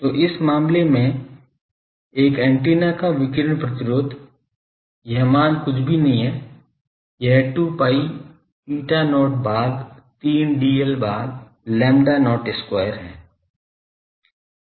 तो इस मामले में एक एंटीना का विकिरण प्रतिरोध यह मान कुछ भी नहीं है यह 2 pi eta not भाग 3 dl भाग lambda not square है